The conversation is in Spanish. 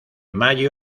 mayo